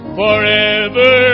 forever